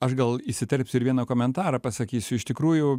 aš gal įsiterpsiu ir vieną komentarą pasakysiu iš tikrųjų